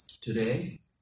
today